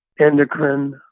endocrine